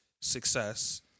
success